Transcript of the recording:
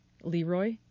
Leroy